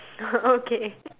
okay